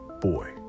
boy